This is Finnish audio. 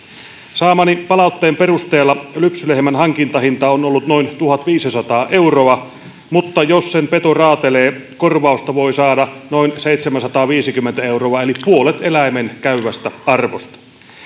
saamani palautteen perusteella lypsylehmän hankintahinta on ollut noin tuhatviisisataa euroa mutta jos sen peto raatelee korvausta voi saada noin seitsemänsataaviisikymmentä euroa eli puolet eläimen käyvästä arvosta